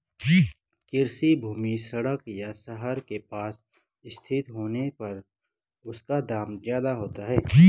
कृषि भूमि सड़क या शहर के पास स्थित होने पर उसका दाम ज्यादा होता है